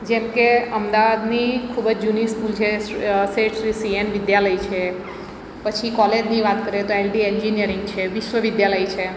જેમ કે અમદાવાદની ખૂબ જ જૂની સ્કૂલ છે શ્રે શેઠ શ્રી સીએન વિદ્યાલય છે પછી કોલેજની વાત કરીએ તો એલડી એન્જિનયરિંગ છે વિશ્વ વિદ્યાલય છે